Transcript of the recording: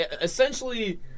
essentially